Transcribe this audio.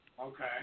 Okay